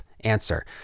Answer